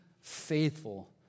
faithful